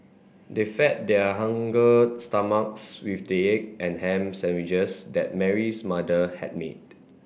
they fed their stomachs with the egg and ham sandwiches that Mary's mother had made